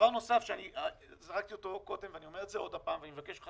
דבר נוסף שאני זרקתי אותו קודם ואני אומר את זה עוד פעם אני מבקש ממך,